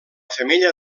femella